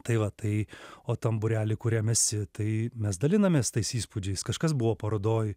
tai va tai o tam būreliui kuriam esi tai mes dalinamės tais įspūdžiais kažkas buvo parodoj